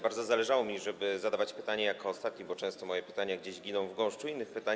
Bardzo zależało mi, żeby zadawać pytanie jako ostatni, bo często moje pytania giną w gąszczu innych pytań.